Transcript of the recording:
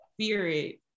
spirit